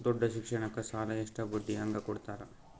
ದೊಡ್ಡ ಶಿಕ್ಷಣಕ್ಕ ಸಾಲ ಎಷ್ಟ ಬಡ್ಡಿ ಹಂಗ ಕೊಡ್ತಾರ?